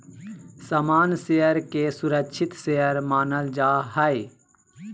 सामान्य शेयर के सुरक्षित शेयर मानल जा हय